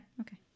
Okay